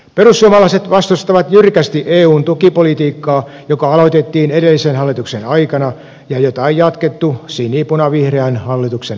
perussuomalaiset vastustavat jyrkästi eun tukipolitiikkaa joka aloitettiin edellisen hallituksen aikana ja jota on jatkettu sini puna vihreän hallituksen toimesta